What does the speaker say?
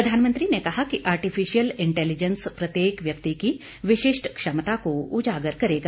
प्रधानमंत्री ने कहा कि आर्टिफिशियल इंटेलिजेंस प्रत्येक व्यक्ति की विशिष्ट क्षमता को उजागर करेगा